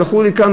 זכור לי כאן,